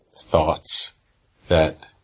thoughts that